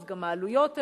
אז גם העלויות עלו.